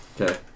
Okay